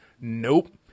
nope